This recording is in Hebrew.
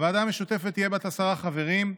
הוועדה המשותפת תהיה בת עשרה חברים,